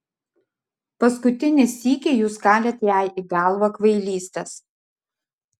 paskutinį sykį jūs kalėt jai į galvą kvailystes